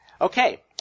Okay